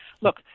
Look